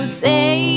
say